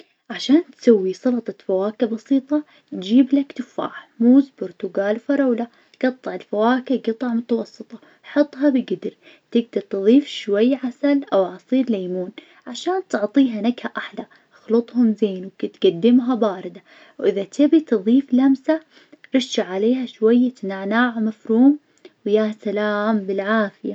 عشان تسوي سلطة فواكه بسيطة جيب لك تفاح موز برتقال فراولة. قطع الفواكه قطع متوسطة حطها بقدر تقدر تظيف شوية عسل أو عصير ليمون عشان تعطيها نكهة أحلى، اخلطهم زين وممكن تقدمها باردة، وإذا تبي تظيف لمسة رش عليها شوية نعناع مفروم ويا سلام بالعافية.